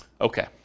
Okay